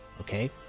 okay